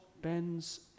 Bends